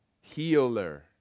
healer